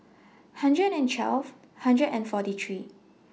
hundred and twelve hundred and forty three